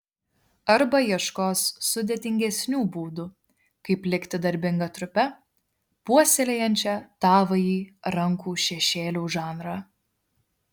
arba ieškos sudėtingesnių būdų kaip likti darbinga trupe puoselėjančia tavąjį rankų šešėlių žanrą